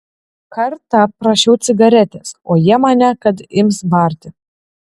kartą prašiau cigaretės o jie mane kad ims barti